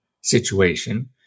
situation